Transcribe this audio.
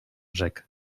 rzekł